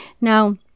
now